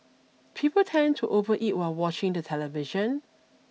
people tend to overeat while watching the television